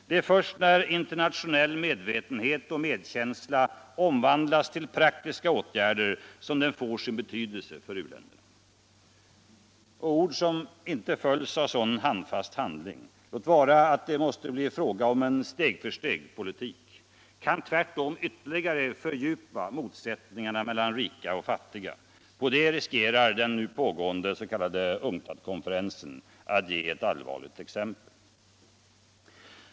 Det är först när internationell medvetenhet och medkänsla omvandlas till praktiska åtgärder som den får sin betydelse för u-länderna. Ord som inte följs av sådan handfast handling, låt vara att det måste bli fråga om en steg-för-steg-politik, kan tvärtom ytterligare fördjupa motsättningarna mellan rika och fattiga. På det riskerar den pågående UNCTAD-konferensen att ge ett allvarligt exempel.